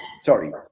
Sorry